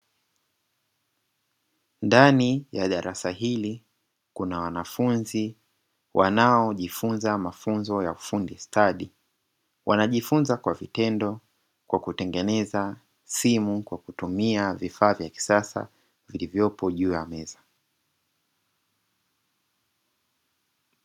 Ndani ya darasa hili kuna wanafunzi wanaojifunza mafunzo ya ufundi stadi, wanajifunza kwa vitendo kwa kutengeneza simu kwa kutumia vifaa vya kisasa vilivyopo juu ya meza.